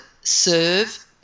serve